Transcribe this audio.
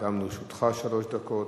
גם לרשותך שלוש דקות.